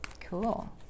cool